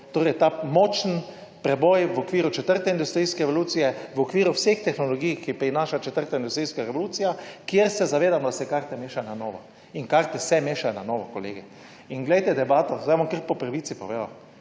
Torej, ta močni preboj v okviru četrte industrijske revolucije, v okviru vseh tehnologij, ki jih prinaša četrta industrijska revolucija, kjer se zavedamo, da se karte mešajo na novo. In karte se mešajo na novo, kolegi. Debata, zdaj bom kar po pravici povedal,